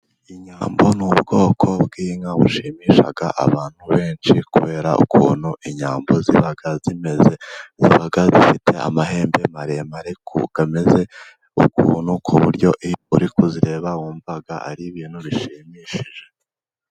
Inyambo n'ubwoko bw'inka bushimisha abantu benshi, kubera ukuntu inyambo ziba zimeze ziba zifite amahembe maremare, ameze ukuntu ku buryo iyo uri kuzireba wumva ari ibintu bishimishije.